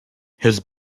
his